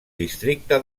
districte